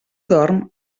dorm